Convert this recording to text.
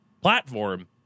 platform